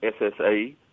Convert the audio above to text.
SSA